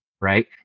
right